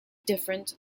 different